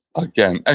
again, ah